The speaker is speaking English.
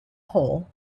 hall